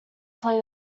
play